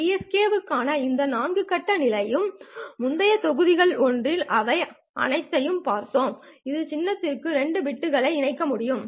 BPSK க்கான இந்த 4 கட்ட நிலையுடன் முந்தைய தொகுதிகளில் ஒன்றில் இவை அனைத்தையும் பார்த்தோம் ஒரு சின்னத்திற்கு 2 பிட்களை இணைக்க முடியும்